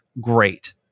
great